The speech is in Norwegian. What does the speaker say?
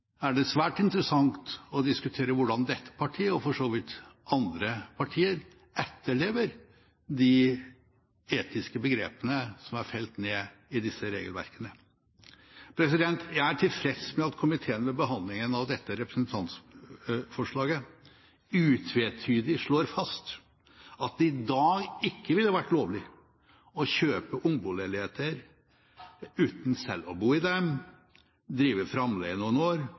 er det svært interessant å diskutere hvordan dette partiet, og for så vidt andre partier, etterlever de etiske begrepene som er nedfelt i disse regelverkene. Jeg er tilfreds med at komiteen ved behandlingen av dette representantforslaget utvetydig slår fast at det i dag ikke ville vært lovlig å kjøpe Ungbo-leiligheter uten selv å bo i dem, drive framleie noen år,